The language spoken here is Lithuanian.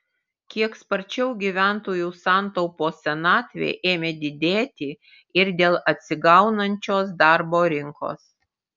kiek sparčiau gyventojų santaupos senatvei ėmė didėti ir dėl atsigaunančios darbo rinkos